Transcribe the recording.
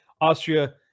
Austria